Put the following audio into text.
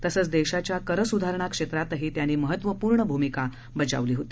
तसंच दश्चि्या करसुधारणा क्षम्प्तिही त्यांनी महत्त्वपूर्ण भूमिका बजावली होती